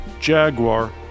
Jaguar